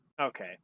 Okay